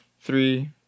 three